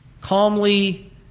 calmly